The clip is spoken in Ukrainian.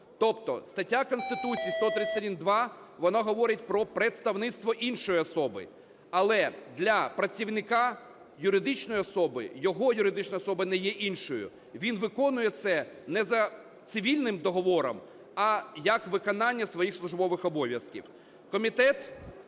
Тобто стаття Конституції 131-2, вона говорить про представництво іншої особи, але для працівника юридичної особи його юридична особа не є іншою. Він виконує це не за цивільним договором, а як виконання своїх службових обов'язків.